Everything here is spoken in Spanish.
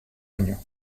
año